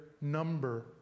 number